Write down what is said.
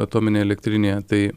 atominėje elektrinėje tai